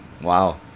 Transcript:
Wow